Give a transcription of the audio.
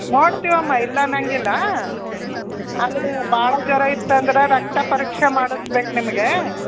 ನೋಡ್ತೀವಮ್ಮ ಇಲ್ಲ ಅನ್ನೋಂಗಿಲ್ಲ ಆದ್ರೆ ಭಾಳ ಜ್ವರ ಇತ್ತಂದ್ರೆ ರಕ್ತಪರೀಕ್ಷೆ ಮಾಡಸ್ಬೇಕು ನಿಮಗೆ